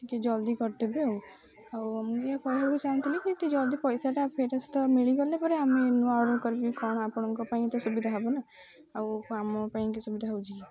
ଟିକେ ଜଲ୍ଦି କରିଦେବେ ଆଉ ଆଉ ମୁଁ ଏୟା କହିବାକୁ ଚାହୁଁଥିଲି କି ଜଲ୍ଦି ପଇସାଟା ଫେରସ୍ତ ମିଳିଗଲେ ପରେ ଆମେ ନୂଆ ଅର୍ଡ଼ର କରିବି କ'ଣ ଆପଣଙ୍କ ପାଇଁତ ସୁବିଧା ହବ ନା ଆଉ ଆମ ପାଇଁ କି ସୁବିଧା ହେଉଛି କି